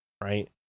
right